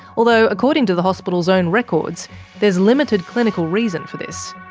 although according to the hospital's own records there's limited clinical reason for this,